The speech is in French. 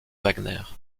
wagner